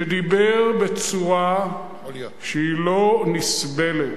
שדיבר בצורה שהיא לא נסבלת.